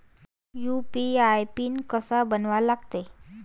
UPI PIN कसा बनवा लागते?